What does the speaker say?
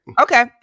Okay